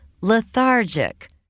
lethargic